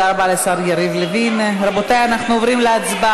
גם כשנשיאת בית-המשפט העליון הייתה פה תקפת